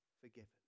forgiven